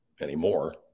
anymore